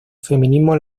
feminismo